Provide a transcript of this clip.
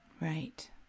Right